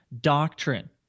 doctrine